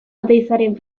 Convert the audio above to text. oteizaren